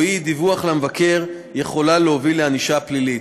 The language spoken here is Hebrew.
אי-דיווח למבקר יכולה להוביל לענישה פלילית.